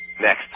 Next